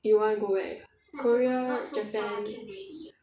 you want go where korea japan